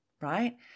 Right